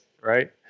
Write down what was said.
right